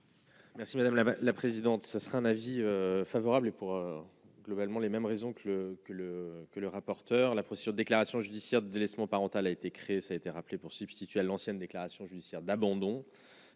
Merci madame la bas, la présidente, ce sera un avis favorable et pour globalement les mêmes raisons que le que le que le rapporteur, la procédure déclaration judiciaire délaissement parental a été créée, ça a été rappelé pour substituer à l'ancienne déclaration judiciaire d'abandon